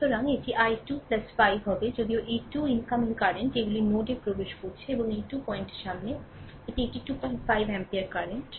সুতরাং এটি i 2 5 হবে যদিও এই 2 ইনকামিং কারেন্ট এগুলি নোডে প্রবেশ করছে এবং এই 2 পয়েন্টের সমান এটি একটি 25 এমপিয়ার কারেন্ট